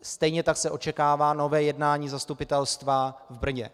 Stejně tak se očekává nové jednání zastupitelstva v Brně.